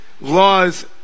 laws